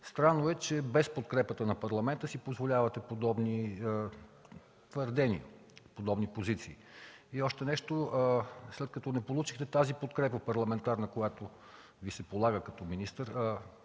Странно е, че без подкрепата на Парламента си позволявате подобни твърдения, подобни позиции. И още нещо. След като не получихте тази парламентарна подкрепа, която Ви се полага като министър